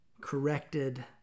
corrected